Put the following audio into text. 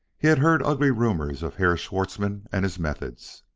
he had heard ugly rumors of herr schwartzmann and his methods.